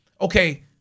okay